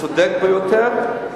צודק ביותר,